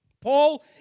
Paul